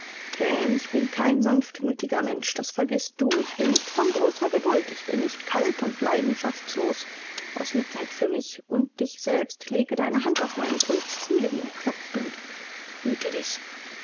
ich bin kein sanftmütiger mensch das vergißt du ich bin nicht von großer geduld ich bin nicht kalt und leidenschaftlos aus mitleid für mich und dich selbst lege deine hand auf meinen puls fühle wie er klopft und hüte dich